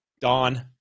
Dawn